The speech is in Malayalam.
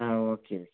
ആ ഓക്കെ ഓക്കെ